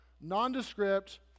nondescript